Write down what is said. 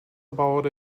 about